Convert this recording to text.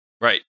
right